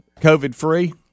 COVID-free